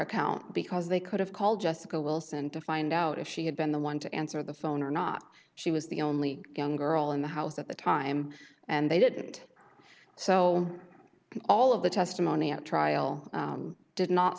account because they could have called jessica wilson to find out if she had been the one to answer the phone or not she was the only young girl in the house at the time and they didn't so all of the testimony at trial did not